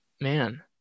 man